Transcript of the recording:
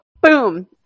Boom